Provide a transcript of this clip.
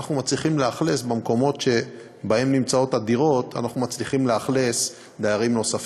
במקומות שבהם הדירות נמצאות אנחנו מצליחים לשכן דיירים נוספים.